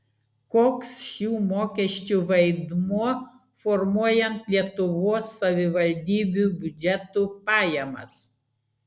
koks šių mokesčių vaidmuo formuojant lietuvos savivaldybių biudžetų pajamas